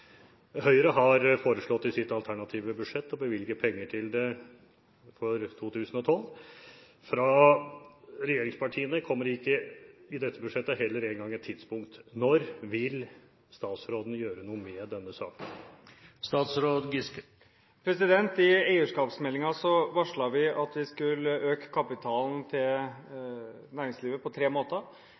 Høyre har i sitt alternative budsjett foreslått å bevilge penger til det for 2012. Fra regjeringspartiene kommer det i dette budsjettet heller ikke engang et tidspunkt. Når vil statsråden gjøre noe med denne saken? I eierskapsmeldingen varslet vi at vi skulle øke kapitalen til næringslivet på tre måter.